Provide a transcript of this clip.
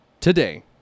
today